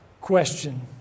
question